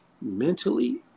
mentally